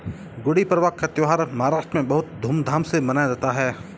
गुड़ी पड़वा का त्यौहार महाराष्ट्र में बहुत धूमधाम से मनाया जाता है